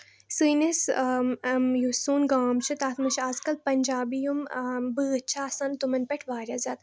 سٲنِس یُس سون گام چھُ تَتھ منٛز چھِ آزکَل پَنجابی یِم بٲتھ چھِ آسان تِمَن پٮ۪ٹھ واریاہ زیادٕ